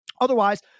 otherwise